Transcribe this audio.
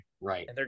Right